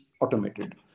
automated